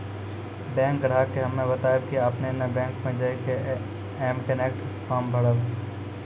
bank ग्राहक के हम्मे बतायब की आपने ने बैंक मे जय के एम कनेक्ट फॉर्म भरबऽ